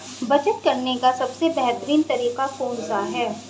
बचत करने का सबसे बेहतरीन तरीका कौन सा है?